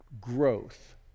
growth